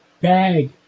bag